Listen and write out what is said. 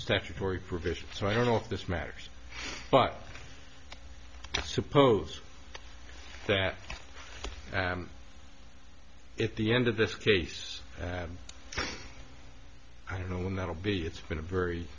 statutory provision so i don't know if this matters but i suppose that at the end of this case i don't know when that will be it's been a very